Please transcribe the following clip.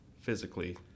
physically